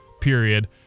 period